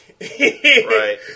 Right